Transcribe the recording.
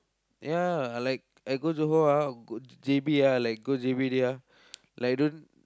ya I like I go Johor ah go J_B ah like go J_B already ah like don't